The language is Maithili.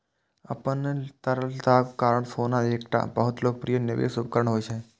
अपन तरलताक कारण सोना एकटा बहुत लोकप्रिय निवेश उपकरण होइ छै